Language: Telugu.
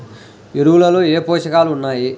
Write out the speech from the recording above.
ఎరువులలో ఏ పోషకాలు ఉన్నాయి?